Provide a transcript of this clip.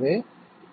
எனவே